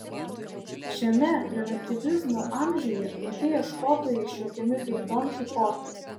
šiame reliatyvizmo amžiuje tokie ieškotojai išjuokiami kaip don kichotai